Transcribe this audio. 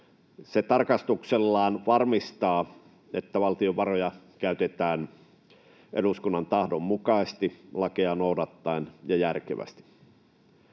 Se tarkastuksellaan varmistaa, että valtion varoja käytetään eduskunnan tahdon mukaisesti, lakeja noudattaen ja järkevästi.